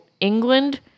England